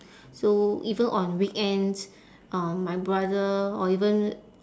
so even on weekends uh my brother or even